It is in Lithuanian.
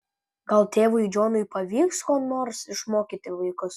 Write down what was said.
gal tėvui džonui pavyks ko nors išmokyti vaikus